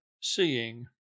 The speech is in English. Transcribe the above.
seeing